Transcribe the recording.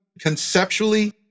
conceptually